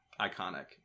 iconic